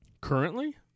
Currently